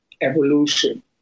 evolution